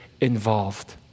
involved